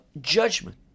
judgment